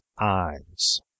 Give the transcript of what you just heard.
eyes